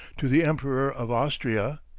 to the emperor of austria,